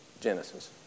Genesis